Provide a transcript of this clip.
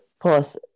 plus